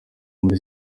muri